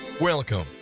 Welcome